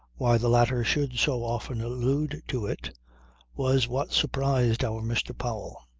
why the latter should so often allude to it was what surprised our mr. powell.